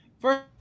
first